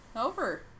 over